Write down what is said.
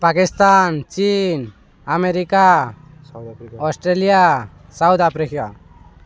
ପାକିସ୍ତାନ ଚୀନ୍ America Australia South Africa